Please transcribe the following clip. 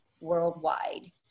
worldwide